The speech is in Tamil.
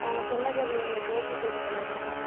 நாங்கள் சொன்னதை நீங்கள் டோர் டெலிவரி பண்ணிவிடுங்க